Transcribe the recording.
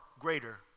greater